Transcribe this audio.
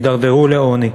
יידרדרו לעוני.